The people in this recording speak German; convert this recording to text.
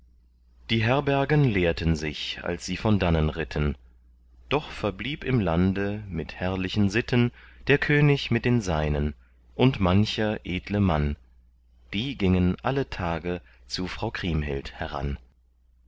die herbergen leerten sich als sie von dannen ritten doch verblieb im lande mit herrlichen sitten der könig mit den seinen und mancher edle mann die gingen alle tage zu frau kriemhild heran